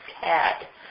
cat